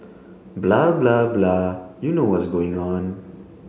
blah blah blah you know what's going on